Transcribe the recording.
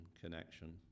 connection